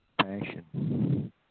Passion